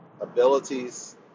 abilities